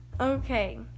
okay